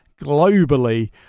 globally